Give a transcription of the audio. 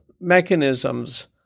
mechanisms